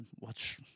watch